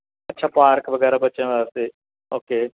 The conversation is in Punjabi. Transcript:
ਅੱਛਾ ਪਾਰਕ ਵਗੈਰਾ ਬੱਚਿਆਂ ਵਾਸਤੇ ਓਕੇ